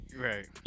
right